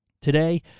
Today